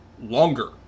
longer